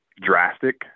drastic